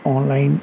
online